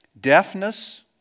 deafness